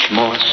more